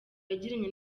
yagiranye